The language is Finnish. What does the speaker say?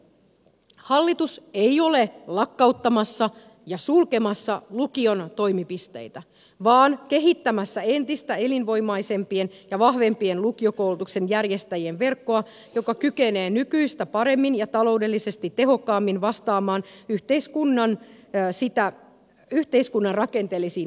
hallitus ei ole lakkauttamassa ja sulkemassa lukion toimipisteitä vaan kehittämässä entistä elinvoimaisempien ja vahvempien lukiokoulutuksen järjestäjien verkkoa joka kykenee nykyistä paremmin ja taloudellisesti tehokkaammin vastaamaan yhteiskunnan rakenteellisiin muutoksiin